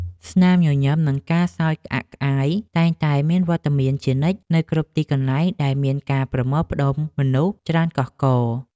ស្នាមញញឹមនិងការសើចក្អាកក្អាយតែងតែមានវត្តមានជានិច្ចនៅគ្រប់ទីកន្លែងដែលមានការប្រមូលផ្ដុំមនុស្សច្រើនកុះករ។